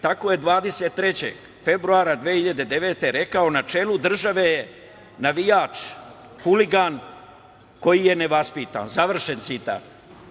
Tako je 23. februara 2019. godine rekao: „Na čelu države je navijač, huligan koji je nevaspitan“, završen citat.